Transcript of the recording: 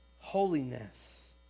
holiness